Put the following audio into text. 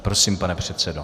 Prosím, pane předsedo.